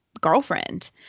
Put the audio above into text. girlfriend